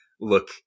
look